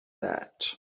that